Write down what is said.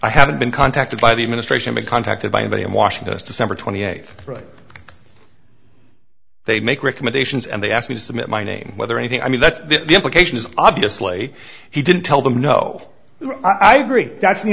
i have been contacted by the administration becan talked to by a body in washington as december twenty eighth grade they make recommendations and they asked me to submit my name whether anything i mean that's the implication is obviously he didn't tell them no i agree that's the